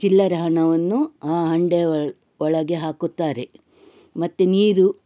ಚಿಲ್ಲರೆ ಹಣವನ್ನು ಆ ಹಂಡೆ ಒಳ ಒಳಗೆ ಹಾಕುತ್ತಾರೆ ಮತ್ತು ನೀರು